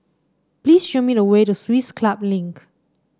please show me the way to Swiss Club Link